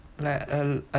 like a